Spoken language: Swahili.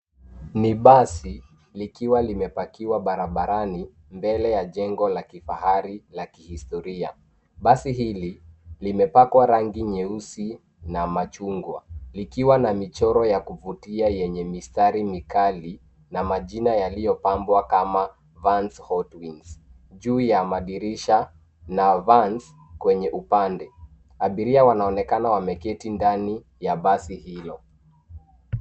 Ni basi likiwa limepakiwa barabarani mbele ya jengo la kifahari la kihistoria, basi hili limepakwa rangi nyeusi na machungwa, likiwa na michoro ya kuvutia yenye mistari mikali na majina yaliopambwa kama Vans All Twins. Juu ya madirisha na Vans kwenye upande, abiria wanaonekana wameketi ndani ya basi hilo.